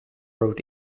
road